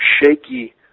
shaky